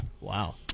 Wow